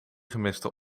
gemiste